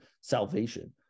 salvation